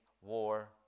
war